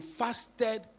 fasted